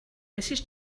mrs